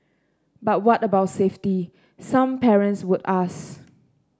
but what about safety some parents would ask